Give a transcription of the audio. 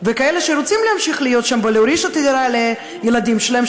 וכאלה שרוצים להמשיך להיות שם ולהוריש את הדירה לילדים שלהם,